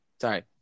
Sorry